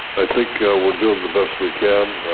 i think we're doing the best we can.